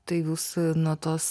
tai jūs nuo tos